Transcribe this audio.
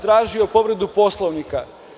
Tražio sam povredu Poslovnika.